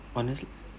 honestly